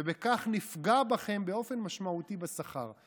ובכך נפגע בכם באופן משמעותי בשכר.